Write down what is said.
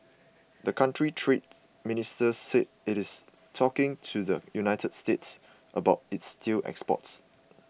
the country's trade ministry said it is talking to the United States about its steel exports